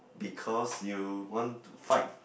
because you want to fight